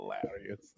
hilarious